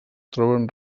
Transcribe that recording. troben